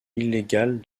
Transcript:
illégale